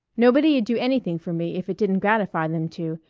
nobody'd do anything for me if it didn't gratify them to,